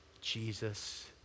Jesus